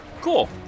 Cool